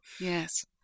Yes